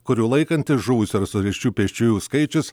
kurių laikantis žuvusių ir sužeisčių pėsčiųjų skaičius